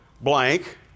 blank